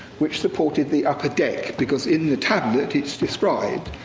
which supported the upper deck. because in the tablet, it's described.